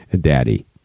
daddy